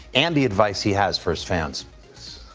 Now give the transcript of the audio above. and the advice he has for his fans.